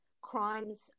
crimes